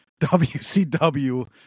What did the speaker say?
WCW